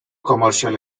commercial